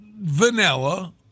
Vanilla